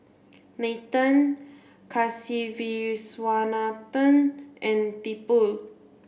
Nathan Kasiviswanathan and Tipu